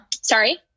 Sorry